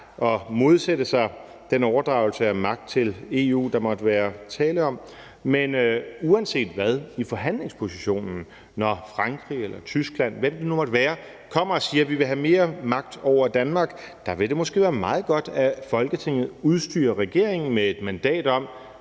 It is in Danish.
og modsætte sig den overdragelse af magt til EU, der måtte være tale om. Men uanset hvad i forhandlingspositionen, når Frankrig, Tyskland, eller hvem det måtte være, kommer og siger, at de vil have mere magt over Danmark, vil det måske være meget godt, at Folketinget udstyrer regeringen med et mandat om